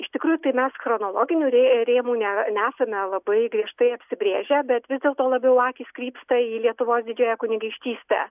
iš tikrųjų tai mes chronologinių rė rėmų ne nesame labai griežtai apsibrėžę bet vis dėlto labiau akys krypsta į lietuvos didžiąją kunigaikštystę